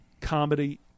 comedy